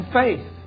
faith